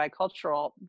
bicultural